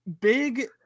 big